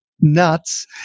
nuts